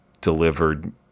delivered